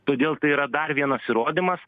todėl tai yra dar vienas įrodymas